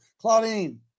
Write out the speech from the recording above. Claudine